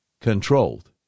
controlled